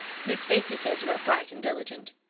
miss stacy says you are bright and diligent.